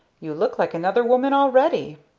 you look like another woman already!